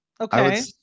Okay